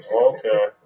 Okay